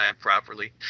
properly